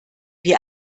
wie